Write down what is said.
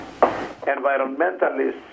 environmentalists